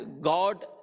God